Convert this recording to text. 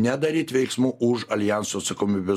nedaryt veiksmų už aljanso atsakomybės